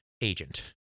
agent